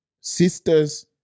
Sisters